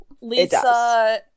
Lisa